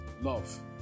Love